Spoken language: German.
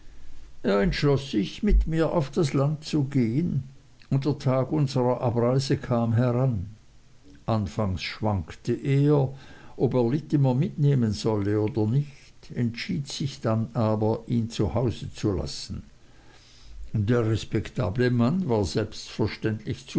entschloß sich mit mir auf das land zu gehen und der tag unserer abreise kam heran anfangs schwankte er ob er littimer mitnehmen solle oder nicht entschied sich aber dann ihn zu hause zu lassen der respektable mann war selbstverständlich